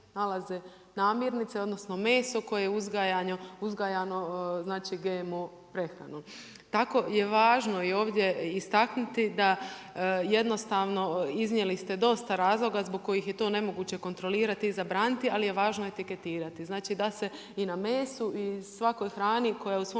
namirnice, odnosno meso koje je uzgajano, znači GMO prehranom. Tako je važno i ovdje istaknuti da jednostavno iznijeli ste dosta razloga zbog kojih je to nemoguće kontrolirati i zabraniti, ali je važno etiketirati. Znači da se i na mesu i svakoj hrani koja u svom